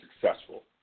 successful